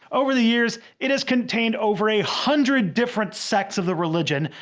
over the years it has contained over a hundred different sects of the religion,